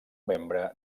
membre